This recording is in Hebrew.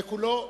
וכולו,